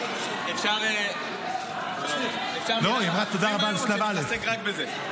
אפשר מילה על החטופים היום או שנתעסק רק בזה?